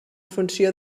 funció